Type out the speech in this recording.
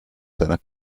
seiner